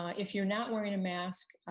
if you're not wearing a mask.